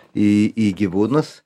į į gyvūnus